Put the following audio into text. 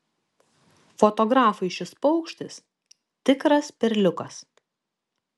fotografui šis paukštis tikras perliukas